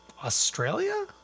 Australia